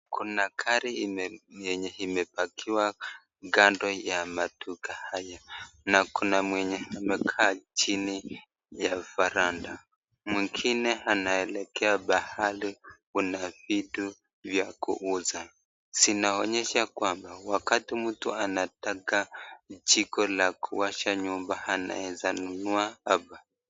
Kuna gari ime yenye imepakiwa kando ya maduka haya na kuna mwenye amekaa chini ya varanda. Mwingine anaelekea pahali kuna vitu vya kuuza. Zinaonyesha kwamba, wakati mtu anataka jiko la kuwasha nyumba, anaeza nunua hapa.